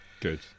Good